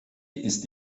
ist